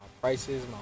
prices